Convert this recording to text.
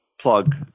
plug